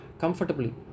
comfortably